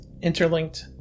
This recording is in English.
Interlinked